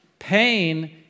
Pain